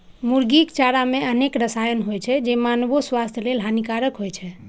मुर्गीक चारा मे अनेक रसायन होइ छै, जे मानवो स्वास्थ्य लेल हानिकारक होइ छै